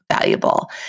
valuable